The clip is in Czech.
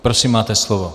Prosím, máte slovo.